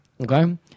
okay